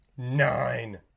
Nine